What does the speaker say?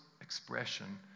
expression